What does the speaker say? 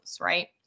right